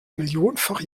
millionenfach